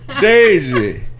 Daisy